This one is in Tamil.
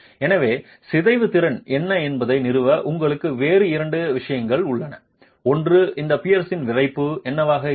எனவே சிதைவு திறன் என்ன என்பதை நிறுவ உங்களுக்கு வேறு இரண்டு விஷயங்கள் தேவை ஒன்று இந்த பியர்ஸின் விறைப்பு என்னவாக இருக்கும்